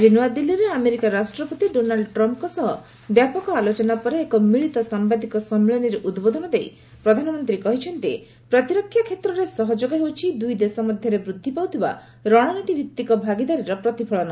ଆଜି ନୂଆଦିଲ୍ଲୀରେ ଆମେରିକା ରାଷ୍ଟ୍ରପତି ଡୋନାଲୁ ଟ୍ରମ୍ଫ୍ଙ୍କ ସହ ବ୍ୟାପକ ଆଲୋଚନା ପରେ ଏକ ମିଳିତ ସାମ୍ଭାଦିକ ସମ୍ମିଳନୀରେ ଉଦ୍ବୋଧନ ଦେଇ ପ୍ରଧାନମନ୍ତ୍ରୀ ମୋଦୀ କହିଛନ୍ତି ପ୍ରତିରକ୍ଷା କ୍ଷେତ୍ରରେ ସହଯୋଗ ହେଉଛି ଦୁଇ ଦେଶ ମଧ୍ୟରେ ବୃଦ୍ଧି ପାଉଥିବା ରଣନୀତିଭିଭିକ ଭାଗିଦାରୀର ପ୍ରତିଫଳନ